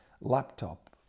laptop